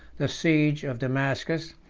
the siege of damascus,